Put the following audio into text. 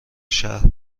شهر